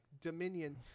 dominion